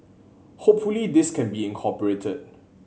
hopefully this can be incorporated